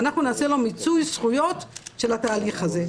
ואנחנו נעשה לו מיצוי זכויות של התהליך הזה.